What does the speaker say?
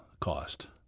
cost